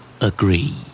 Agree